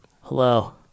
Hello